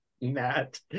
Matt